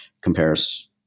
compares